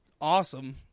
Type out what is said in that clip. awesome